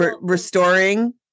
restoring